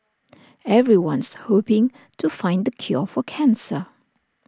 everyone's hoping to find the cure for cancer